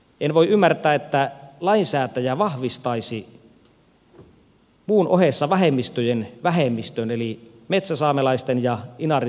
en voi ymmärtää että lainsäätäjä vahvistaisi muun ohessa vähemmistöjen vähemmistön eli metsäsaamelaisten ja inarinsaamelaisten syrjinnän